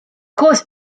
koos